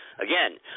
Again